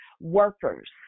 workers